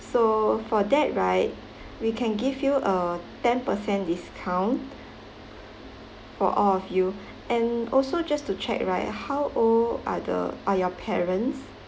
so for that right we can give you a ten percent discount for all of you and also just to check right how old are the are your parents